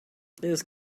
this